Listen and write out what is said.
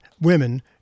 women